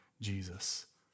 Jesus